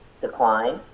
decline